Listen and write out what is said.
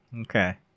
Okay